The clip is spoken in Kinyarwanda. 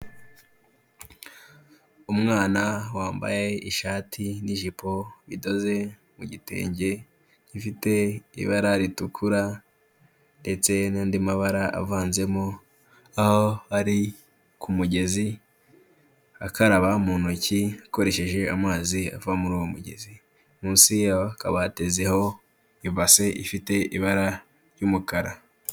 Umwana wambaye ishati n'ijipo idoze mu gitenge, gifite ibara ritukura ndetse n'andi mabara avanzemo, aho ari ku mugezi akaraba mu ntoki akoresheje amazi ava muri uwo mugezi. Munsi yo hakaba hatezeho ibase ifite ibara ry'umukara.